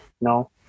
no